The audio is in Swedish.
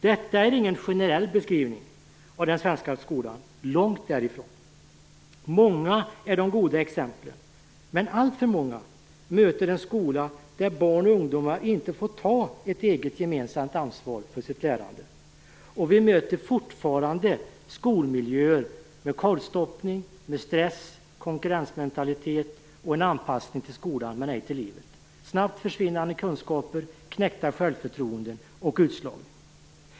Detta är inte någon generell beskrivning av den svenska skolan - långt därifrån. De goda exemplen är många. Men alltför många barn och ungdomar möter en skola där de inte får ta ett eget och ett gemensamt ansvar för sitt lärande. Det finns fortfarande skolmiljöer med korvstoppning, stress och konkurrensmentalitet. Det handlar om en anpassning till skolan men inte till livet, snabbt försvinnande kunskaper, knäckt självförtroende och utslagning.